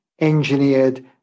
engineered